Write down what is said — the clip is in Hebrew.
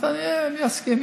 אז אני מסכים,